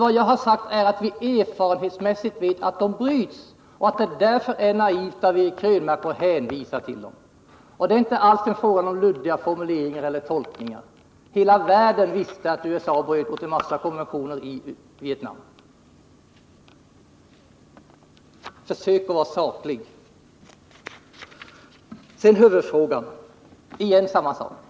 Vad jag har sagt är att vi erfarenhetsmässigt vet att man bryter mot konventioner. Det är därför naivt av Eric Krönmark att hänvisa till sådana. När det gäller Vietnamkriget visste hela världen att USA bröt mot en mängd konventioner. Det går inte här att tala om luddiga formuleringar och tolkningar. Försök att vara saklig! I huvudfrågan låter det återigen på samma sätt.